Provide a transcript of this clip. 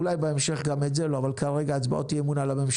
אולי בהמשך גם את זה לא אבל כרגע הצבעות אי המון בממשלה